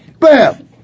Bam